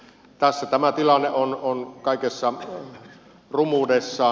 tässä tämä tilanne on kaikessa rumuudessaan